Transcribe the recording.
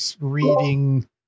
reading